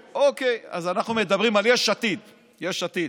אוקיי, אז אנחנו מדברים על יש עתיד, יש עתיד,